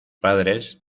padres